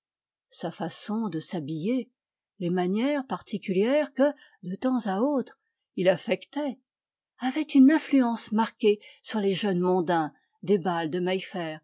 sa façon de s'habiller les manières particulières que de temps à autre il affectait avaient une influence marquée sur les jeunes mondains des bals de